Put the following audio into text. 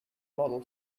model